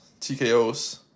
TKOs